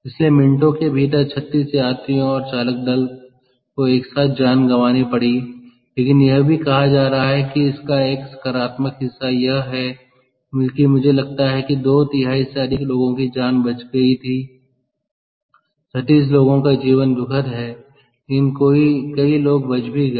इसलिए मिनटों के भीतर 36 यात्रियों और चालक दल को एक साथ जान गंवानी पड़ी लेकिन यह भी कहा जा रहा है कि इसका एक सकारात्मक हिस्सा यह है कि मुझे लगता है कि दो तिहाई से अधिक लोगों की जान बचाई गई थी 36 लोगों का जीवन दुखद है लेकिन कई लोग बच भी गए